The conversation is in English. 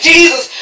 Jesus